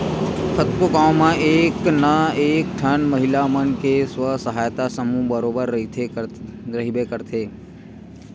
कतको गाँव म एक ना एक ठन महिला मन के स्व सहायता समूह बरोबर रहिबे करथे